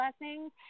blessings